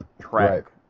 track